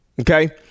Okay